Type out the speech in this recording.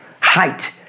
height